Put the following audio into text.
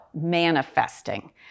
manifesting